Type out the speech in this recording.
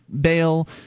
bail